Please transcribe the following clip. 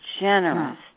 generous